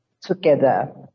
together